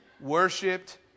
Worshipped